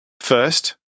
first